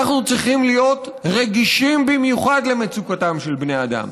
אנחנו צריכים להיות רגישים במיוחד למצוקתם של בני אדם.